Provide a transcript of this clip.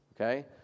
okay